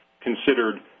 considered